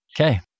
Okay